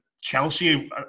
Chelsea